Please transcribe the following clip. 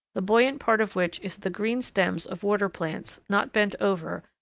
the buoyant part of which is the green stems of water plants, not bent over,